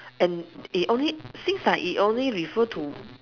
and it only seems like it only refer to